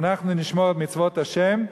אם אנחנו נשמור את מצוות ה',